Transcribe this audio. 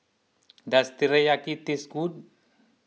does Teriyaki taste good